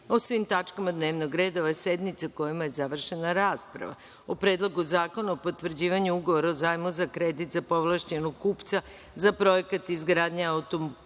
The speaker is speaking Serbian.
o svim tačkama dnevnog reda ove sednice o kojima je završena rasprava o: Predlogu zakona o potvrđivanju Ugovora o zajmu za kredit za povlašćenog kupca za Projekat izgradnje autoputa